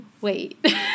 wait